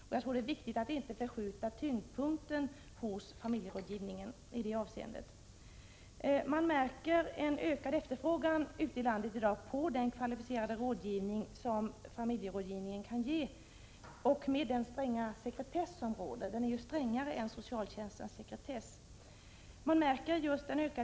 Jag tror att det är viktigt att inte förskjuta tyngdpunkten hos familjerådgivningen i detta avseende. Man märker en ökad efterfrågan ute i landet i dag på den kvalificerade rådgivning som familjerådgivningen kan ge, med den stränga sekretess som råder — den är ju strängare än sekretessen i fråga om socialtjänsten.